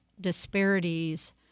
disparities